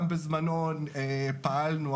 גם בזמנו פעלנו,